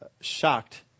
shocked